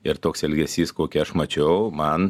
ir toks elgesys kokį aš mačiau man